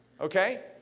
Okay